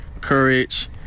courage